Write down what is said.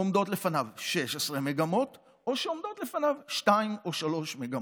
עומדות לפניו 16 מגמות או שעומדות לפניו שתיים או שלוש מגמות?